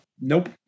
nope